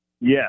Yes